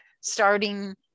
starting